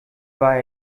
war